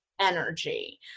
energy